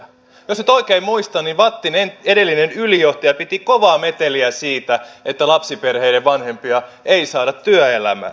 jos nyt oikein muistan niin vattin edellinen ylijohtaja piti kovaa meteliä siitä että lapsiperheiden vanhempia ei saada työelämään